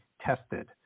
tested